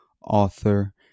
author